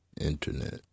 internet